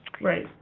Right